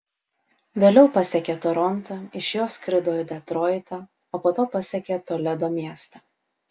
vėliau pasiekė torontą iš jo skrido į detroitą o po to pasiekė toledo miestą